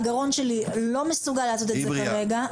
הגרון שלי לא מסוגל לעשות את זה כרגע.